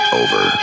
over